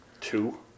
Two